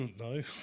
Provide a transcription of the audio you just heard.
No